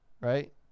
Right